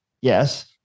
Yes